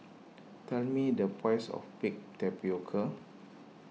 tell me the price of Baked Tapioca